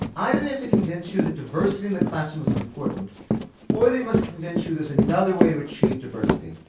i don't have to convince you that diversity in the classroom is unimportant or they must convince you there's another way to achieve diversity.